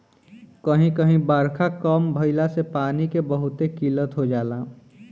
कही कही बारखा कम भईला से पानी के बहुते किल्लत हो जाला